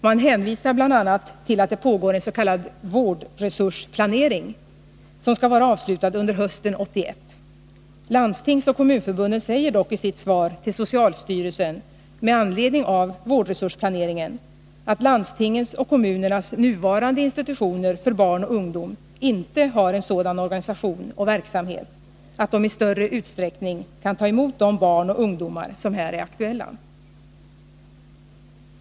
Man hänvisar bl.a. till att det pågår en s.k. vårdresursplanering, som skall vara avslutad under hösten 1981. Landstingsoch kommunförbunden säger dock i sitt svar till socialstyrelsen med anledning av vårdresursplaneringen att landstingens och kommunernas nuvarande institutioner för barn och ungdom inte har en sådan organisation och verksamhet att de i större utsträckning kan ta emot de barn och ungdomar som här är aktuella.